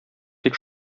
тик